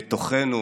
בתוכנו